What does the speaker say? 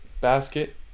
basket